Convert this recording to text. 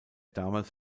damals